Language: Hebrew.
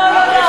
לא, לא, לא.